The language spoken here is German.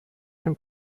den